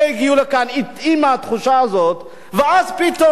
ואז פתאום התזה הזו היא קיימת והיא